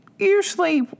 Usually